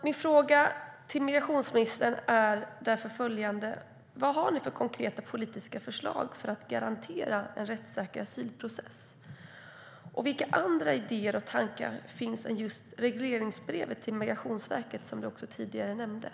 Mina frågor till migrationsministern är därför följande: Vad har ni för konkreta politiska förslag för att garantera en rättssäker asylprocess? Och vilka andra idéer och tankar finns om det här än regleringsbrevet till Migrationsverket som tidigare nämndes?